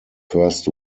first